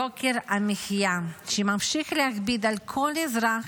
יוקר המחיה שממשיך להכביד על כל אזרח,